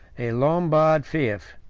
a lombard fief,